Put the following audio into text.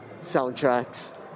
soundtracks